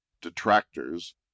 detractors